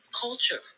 Culture